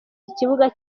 ikibuga